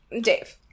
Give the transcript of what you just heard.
Dave